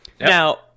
Now